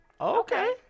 Okay